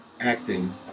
acting